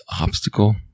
obstacle